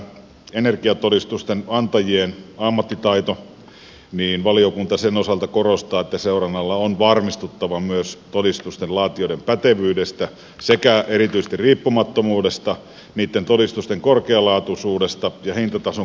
energiatodistusten antajien ammattitaidon osalta valiokunta korostaa että seurannalla on varmistuttava myös todistusten laatijoiden pätevyydestä sekä erityisesti riippumattomuudesta niiden todistusten korkealaatuisuudesta ja hintatason kohtuullisuudesta